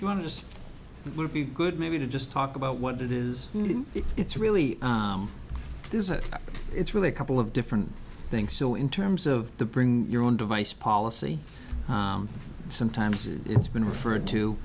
you want to just be good maybe to just talk about what it is it's really is it it's really a couple of different things so in terms of the bring your own device policy sometimes it's been referred to